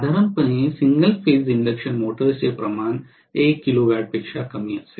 साधारणपणे single phase induction मोटर्सचे प्रमाण 1 किलोवॅटपेक्षा कमी असेल